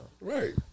right